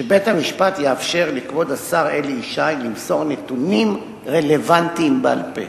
שבית-המשפט יאפשר לכבוד השר אלי ישי למסור נתונים רלוונטיים בעל-פה,